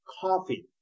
coffee